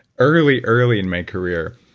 early early in my career,